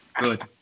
good